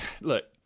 look